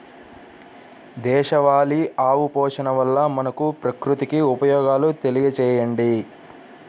దేశవాళీ ఆవు పోషణ వల్ల మనకు, ప్రకృతికి ఉపయోగాలు తెలియచేయండి?